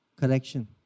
correction